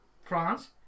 France